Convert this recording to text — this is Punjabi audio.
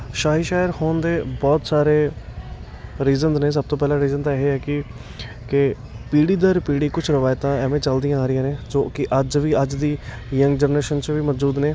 ਸ਼ਾਹੀ ਸ਼ਹਿਰ ਹੋਣ ਦੇ ਬਹੁਤ ਸਾਰੇ ਰੀਜਨਜ਼ ਨੇ ਸਭ ਤੋਂ ਪਹਿਲਾ ਰੀਜਨ ਤਾਂ ਇਹ ਹੈ ਕੀ ਕਿ ਪੀੜ੍ਹੀ ਦਰ ਪੀੜ੍ਹੀ ਕੁਛ ਰਵਾਇਤਾਂ ਐਵੇਂ ਚੱਲਦੀਆਂ ਆ ਰਹੀਆਂ ਨੇ ਜੋ ਕਿ ਅੱਜ ਵੀ ਅੱਜ ਦੀ ਯੰਗ ਜਨਰੇਸ਼ਨ 'ਚ ਵੀ ਮੌਜੂਦ ਨੇ